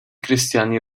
cristiani